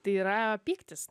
tai yra pyktis